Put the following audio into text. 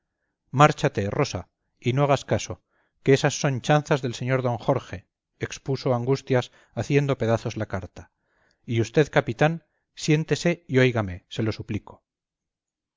márchate rosa y no hagas caso que éstas son chanzas del sr d jorge expusó angustias haciendo pedazos la carta y usted capitán siéntese y óigame se lo suplico